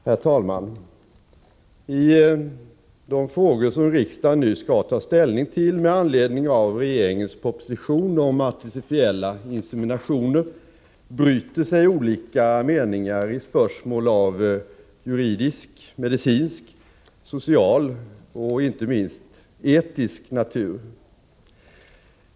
Herr talman! I de frågor som riksdagen nu skall ta ställning till med anledning av regeringens proposition om artificiella inseminationer bryter sig olika meningar i spörsmål av juridisk, medicinsk, social och — inte minst — etisk natur.